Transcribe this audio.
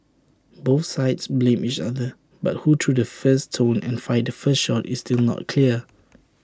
both sides blamed each other but who threw the first stone and fired the first shot is still not clear